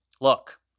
look